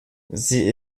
sie